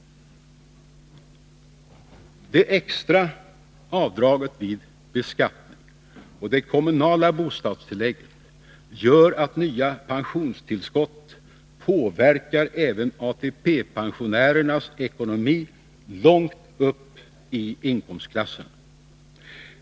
Det extra avdraget vid beskattning och det kommunala bostadstillägget gör att nya pensionstillskott påverkar ATP-pensionärernas ekonomi långt upp i inkomstklasserna.